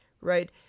right